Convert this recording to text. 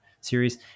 series